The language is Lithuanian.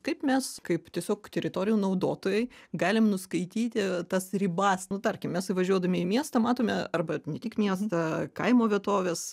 kaip mes kaip tiesiog teritorijų naudotojai galim nuskaityti tas ribas nu tarkim mes įvažiuodami į miestą matome arba ne tik miestą kaimo vietoves